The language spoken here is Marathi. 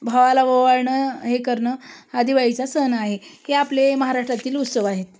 भावाला ओवाळणं हे करणं हा दिवाळीचा सण आहे हे आपले महाराष्ट्रातील उत्सव आहेत